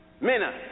Mena